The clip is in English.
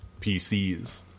PCs